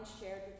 shared